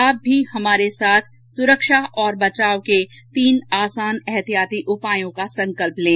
आप भी हमारे साथ सुरक्षा और बचाव के तीन आसान एहतियाती उपायों का संकल्प लें